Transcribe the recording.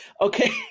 Okay